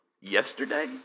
yesterday